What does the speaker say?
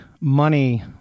money